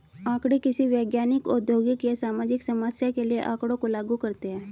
आंकड़े किसी वैज्ञानिक, औद्योगिक या सामाजिक समस्या के लिए आँकड़ों को लागू करते है